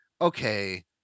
okay